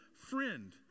friend